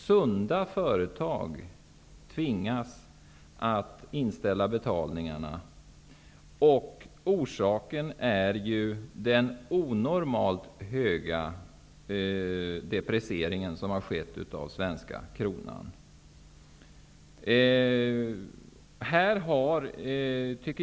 Sunda företag tvingas inställa betalningarna. Orsaken till detta är den onormalt stora depreciering av den svenska kronan som skett.